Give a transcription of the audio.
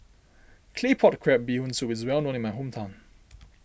Claypot Crab Bee Hoon Soup is well known in my hometown